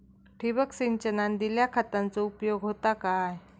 ठिबक सिंचनान दिल्या खतांचो उपयोग होता काय?